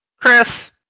Chris